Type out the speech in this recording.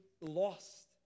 lost